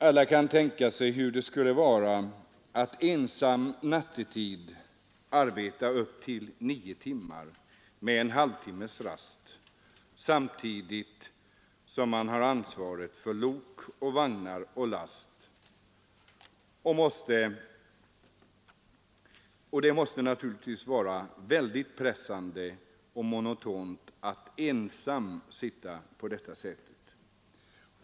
Alla kan tänka sig hur det skulle vara att ensam nattetid arbeta upp till nio timmar med en halvtimmes rast samtidigt som man har ansvaret för lok, vagnar och last. Det måste naturligtvis vara väldigt pressande och monotont att ensam sitta på detta sätt.